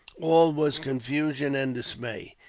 all was confusion and dismay.